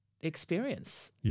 experience